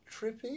trippy